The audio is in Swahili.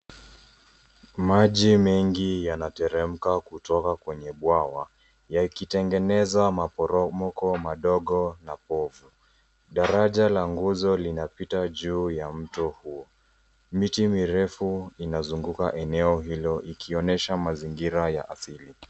Maji mengi yanateremka kutoka kwenye bwawa yakitengeneza maporomoko madogo na povu. Daraja la nguzo linapita juu ya mto huo. Miti mirefu inazunguka eneo hilo ikionyesha mazingira ya asili.